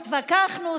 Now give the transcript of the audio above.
התווכחנו,